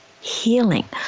healing